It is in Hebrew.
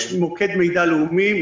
יש מוקד מידע לאומי,